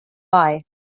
eye